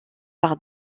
par